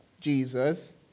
Jesus